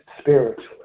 spiritually